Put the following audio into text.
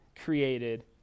created